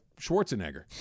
Schwarzenegger